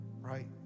right